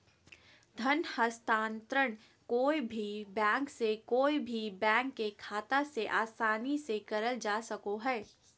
धन हस्तान्त्रंण कोय भी बैंक से कोय भी बैंक के खाता मे आसानी से करल जा सको हय